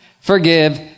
forgive